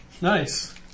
Nice